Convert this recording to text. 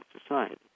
society